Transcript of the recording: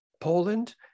Poland